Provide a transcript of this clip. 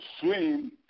swim